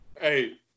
Hey